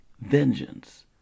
vengeance